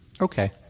Okay